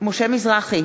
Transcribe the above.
משה מזרחי,